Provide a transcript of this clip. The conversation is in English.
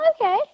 okay